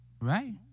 Right